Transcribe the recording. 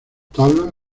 tabla